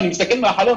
אני מסתכל מהחלון,